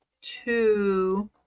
two